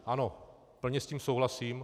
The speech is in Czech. Ano, plně s tím souhlasím.